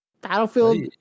Battlefield